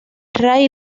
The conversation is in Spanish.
ray